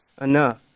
enough